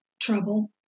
trouble